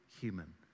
human